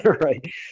right